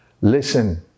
listen